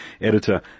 editor